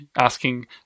asking